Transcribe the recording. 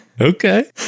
Okay